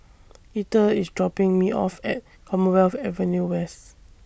Eathel IS dropping Me off At Commonwealth Avenue West